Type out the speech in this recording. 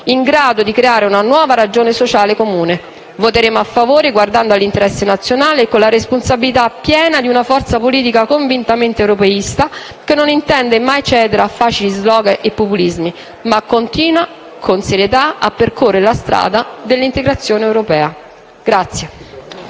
in grado di creare una nuova ragione sociale comune. Voteremo a favore guardando all'interesse nazionale e con la responsabilità piena di una forza politica convintamente europeista, che non intende mai cedere a facili slogan e populismi, ma continua con serietà a percorrere la strada dell'integrazione europea.